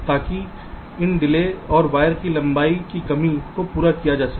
ताकि इन डिले और वायर की लंबाई की कमी को पूरा किया जा सके